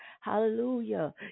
Hallelujah